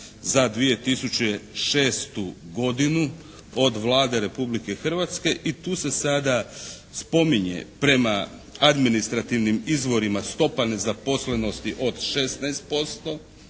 za 2006. godinu od Vlade Republike Hrvatske i tu se sada spominje prema administrativnim izvorima stopa nezaposlenosti od 16%